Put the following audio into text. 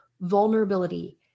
vulnerability